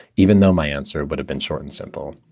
even though my answer would have been short and simple.